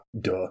duh